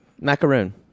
Macaroon